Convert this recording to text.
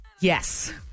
Yes